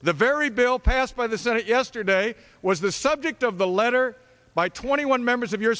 the very bill passed by the senate yesterday was the subject of the letter by twenty one members of your